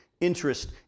interest